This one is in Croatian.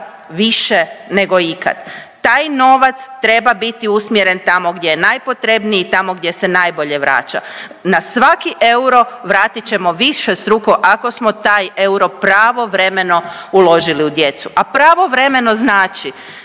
više nego ikad. Taj novac treba biti usmjeren tamo gdje je najpotrebniji i tamo gdje se najbolje vraća, na svaki euro vratit ćemo višestruko ako smo taj euro pravovremeno uložili u djecu. A pravovremeno znači